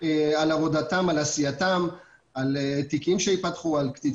לכן ההבחנה בין סכסוך עסקי וסכסוך